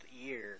year